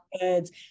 goods